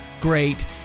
great